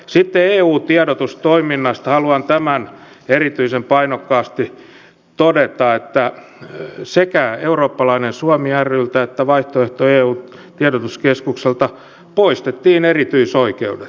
sitten eu tiedotustoiminnasta haluan erityisen painokkaasti todeta tämän että sekä eurooppalainen suomi ryltä että vaihtoehto eulle tiedotuskeskukselta poistettiin erityisoikeudet